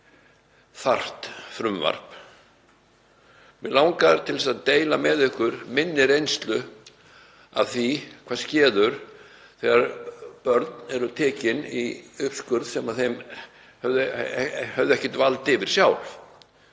fyrir þarft frumvarp. Mig langar til að deila með ykkur minni reynslu að því hvað skeður þegar börn eru sett í uppskurð sem þau hafa ekkert vald yfir sjálf.